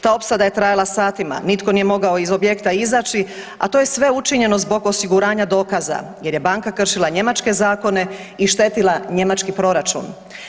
Ta opsada je trajala satima, nitko nije mogao iz objekta izaći, a to je sve učinjeno zbog osiguranja dokaza jer je banka kršila njemačke zakone i štetila njemački proračun.